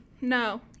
No